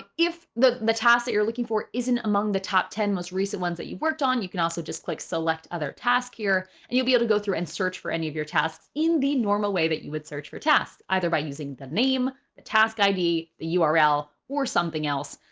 ah if the the task that you're looking for isn't among the top ten most recent ones that you've worked on, you can also just click select other task here and you'll be able to go through and search for any of your tasks in the normal way that you would search for tasks either by using the name, the task id, the ah url or something else,